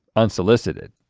unsolicited.